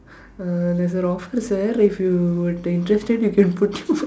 err there is a offer sir if you were to interested you can put through